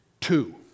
two